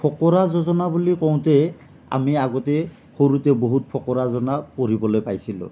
ফকৰা যোজনা বুলি কওঁতে আমি আগতে সৰুতে বহুত ফকৰা যোজনা পঢ়িবলৈ পাইছিলোঁ